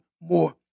more